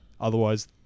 otherwise